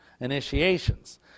initiations